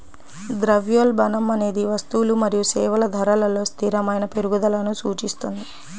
ద్రవ్యోల్బణం అనేది వస్తువులు మరియు సేవల ధరలలో స్థిరమైన పెరుగుదలను సూచిస్తుంది